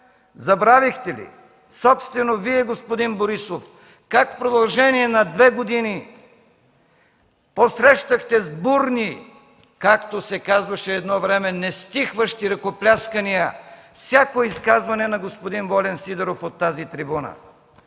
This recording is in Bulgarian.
Забравихте ли, собствено Вие, господин Борисов, как в продължение на две години посрещахте с бурни, както се казваше едно време, нестихващи ръкопляскания всяко изказване на господин Волен Сидеров от тази трибуна?